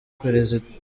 perezida